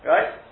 Right